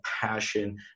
passion